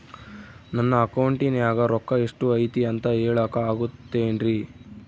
ನನ್ನ ಅಕೌಂಟಿನ್ಯಾಗ ರೊಕ್ಕ ಎಷ್ಟು ಐತಿ ಅಂತ ಹೇಳಕ ಆಗುತ್ತೆನ್ರಿ?